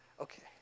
Okay